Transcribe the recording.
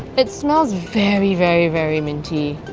it smells very very very minty,